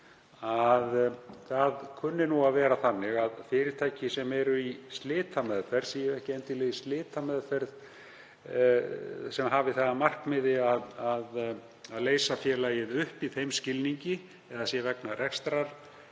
það kunni að vera þannig að fyrirtæki sem eru í slitameðferð séu ekki endilega í slitameðferð sem hafi það að markmiði að leysa félagið upp í þeim skilningi eða það sé vegna þess að